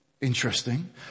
Interesting